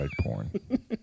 porn